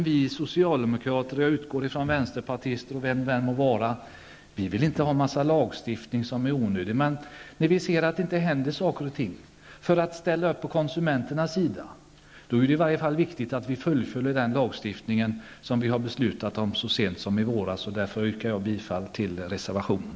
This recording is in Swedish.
Vi socialdemokrater -- och jag utgår från att det även gäller vänsterpartister och andra -- vill inte ha en massa lagstiftning som är onödig, men när vi ser att det inte händer någonting tycker vi att det är viktigt att fullfölja den lagstiftning som riksdagen beslutade om så sent som i våras, för att ställa upp på konsumenternas sida. Därför yrkar jag bifall till reservationen.